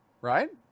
right